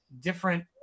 different